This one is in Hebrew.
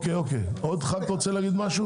עוד ח"כ רוצה להגיד משהו?